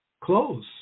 close